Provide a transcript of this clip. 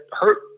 hurt